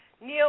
Neil